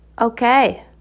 Okay